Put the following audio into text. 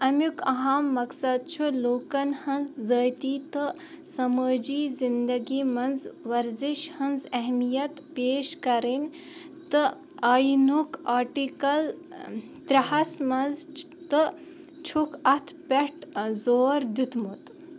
امیُک اَہم مقصد چھُ لوٗکن ہٕنٛز ذٲتی تہٕ سمٲجی زِندگی منٛز ورزِش ہٕنٛز اہمیت پیش کرٕنۍ تہٕ آییٖنُک آٹِکل ترٛےٚ ہَس منٛز تہٕ چھُکھ اَتھ پٮ۪ٹھ زور دیُتمُت